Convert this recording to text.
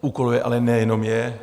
Úkoluje ale nejenom je.